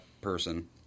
person